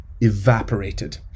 evaporated